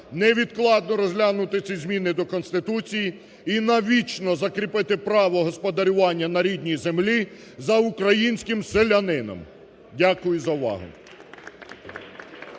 невідкладно розглянути ці зміни до Конституції і навічно закріпити право господарювання на рідній землі за українським селянином. Дякую за увагу.